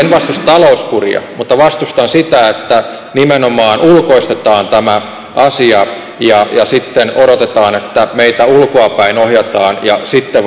vastusta talouskuria mutta vastustan sitä että nimenomaan ulkoistetaan tämä asia ja sitten odotetaan että meitä ulkoapäin ohjataan ja sitten